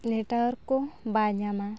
network ᱠᱚ ᱵᱟᱭ ᱧᱟᱢᱟ